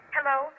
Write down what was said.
Hello